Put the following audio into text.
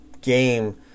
game